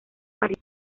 parís